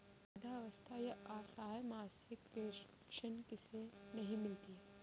वृद्धावस्था या असहाय मासिक पेंशन किसे नहीं मिलती है?